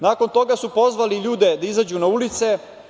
Nakon toga su pozvali ljude da izađu na ulice.